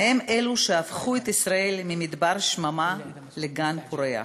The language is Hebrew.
הם אלו שהפכו את ישראל ממדבר שממה לגן פורח.